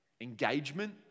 engagement